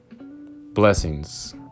blessings